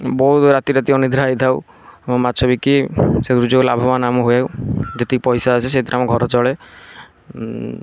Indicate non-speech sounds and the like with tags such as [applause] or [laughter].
ବହୁତ ରାତିରାତି ଅନିଦ୍ରା ହୋଇଥାଉ ମାଛ ବିକି ସେଥୁରୁ ଯେଉଁ ଲାଭବାନ ଆମ [unintelligible] ଯେତିକି ପଇସା ଆସେ ସେଇଥିରେ ଆମ ଘର ଚଳେ